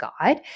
guide